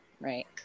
Right